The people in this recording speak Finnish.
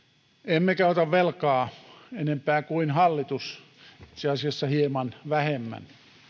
emmekä ota velkaa enempää kuin hallitus itse asiassa hieman vähemmän